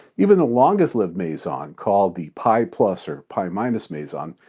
even the longest lived meson, called the pi plus or pi minus meson,